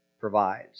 provides